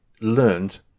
learned